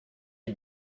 you